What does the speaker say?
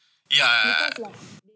yeah I I I